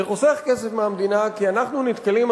זה חוסך כסף למדינה כי אנחנו נתקלים,